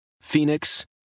Phoenix